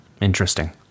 Interesting